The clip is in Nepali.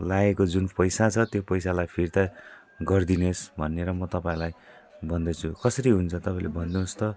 लागेको जुन पैसा छ त्यो पैसालाई फिर्ता गरिदिनु होस् भनेर म तपाईँलाई भन्दैछु कसरी हुन्छ तपाईँहरूले भन्नु होस् त